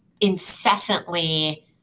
incessantly